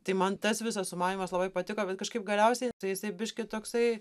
tai man tas visas sumanymas labai patiko bet kažkaip galiausiai tai jisai biškį toksai